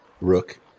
Rook